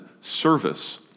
service